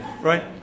right